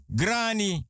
granny